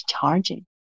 charging